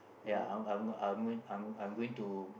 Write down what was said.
ya I'm I'm I'm I'm I'm going to